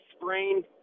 sprained